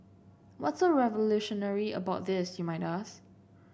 what so revolutionary about this you might ask